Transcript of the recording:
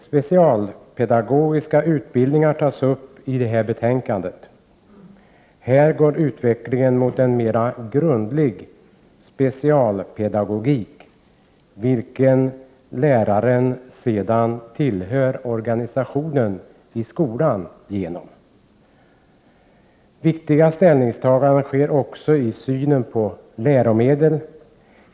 Specialpedagogiska utbildningar tas upp i detta betänkande. Här går utvecklingen mot en mera grundlig specialpedagogik inom skolans organisation. Viktiga ställningstaganden sker nu också i synen på läromedel.